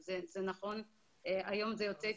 ביחס לכל אוכלוסייה אגב.